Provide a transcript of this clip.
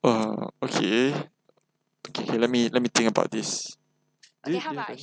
uh okay okay let me let me think about this